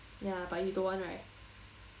ya but you don't want right